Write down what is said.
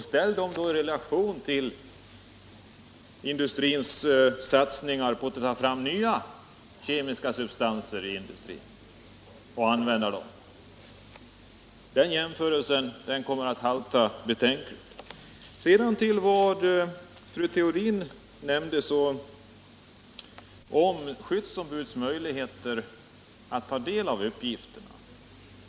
Ställ dem då i relation till industrins satsningar på att ta fram nya kemiska substanser och använda dem. Den jämförelsen kommer att halta betänkligt. Fru Theorin pratade om skyddsombudens möjligheter att ta del av uppgifter.